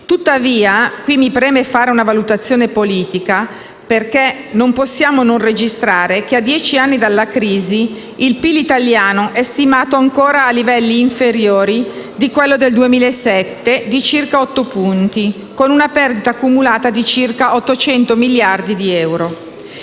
Tuttavia, qui mi preme fare una valutazione politica, perché non possiamo non registrare che a dieci anni dalla crisi, il PIL italiano è stimato ancora a livelli inferiori di quello del 2007 di circa otto punti, con una perdita cumulata di circa 800 miliardi di euro.